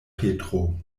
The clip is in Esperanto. petro